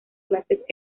clases